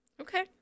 Okay